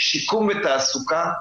שיקום ותעסוקה,